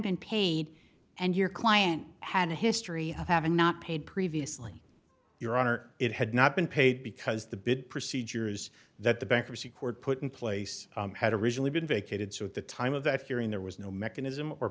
been paid and your client had a history of having not paid previously your honor it had not been paid because the bid procedures that the bankruptcy court put in place had originally been vacated so at the time of that hearing there was no mechanism or